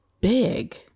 big